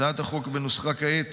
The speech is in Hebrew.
הצעת החוק בנוסחה כעת